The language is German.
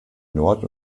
nord